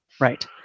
Right